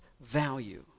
value